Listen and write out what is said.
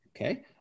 Okay